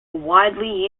widely